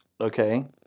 Okay